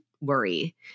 worry